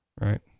right